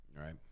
right